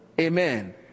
Amen